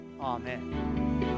Amen